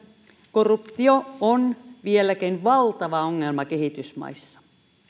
korruptio on vieläkin valtava ongelma kehitysmaissa